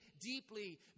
deeply